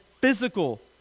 physical